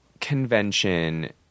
convention